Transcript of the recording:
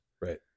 Right